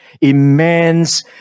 immense